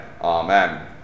Amen